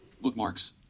Bookmarks